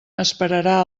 esperarà